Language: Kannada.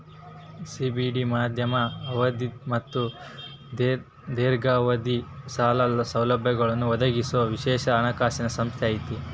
ಸಿ.ಡಿ.ಬಿ ಮಧ್ಯಮ ಅವಧಿದ್ ಮತ್ತ ದೇರ್ಘಾವಧಿದ್ ಸಾಲ ಸೌಲಭ್ಯಗಳನ್ನ ಒದಗಿಸೊ ವಿಶೇಷ ಹಣಕಾಸಿನ್ ಸಂಸ್ಥೆ ಐತಿ